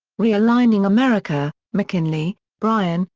realigning america mckinley, bryan,